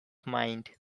mind